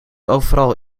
overal